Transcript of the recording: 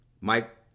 Mike